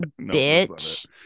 Bitch